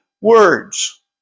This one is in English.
words